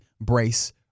brace